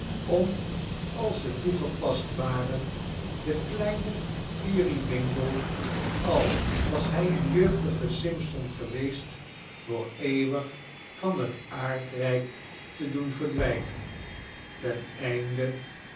om als ze toegepast waren dien kleinen peerybingle al was hij een jeugdige simson geweest voor eeuwig van het aardrijk te doen verdwijnen ten einde